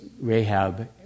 Rahab